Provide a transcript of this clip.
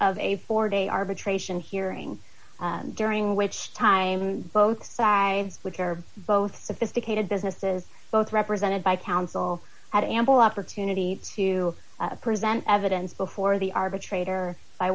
of a four day arbitration hearing during which time both sides which are both sophisticated businesses both represented by counsel had ample opportunity to present evidence before the arbitrator by